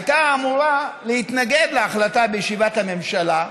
הייתה אמורה להתנגד להחלטה בישיבת הממשלה.